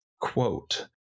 Quote